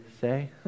say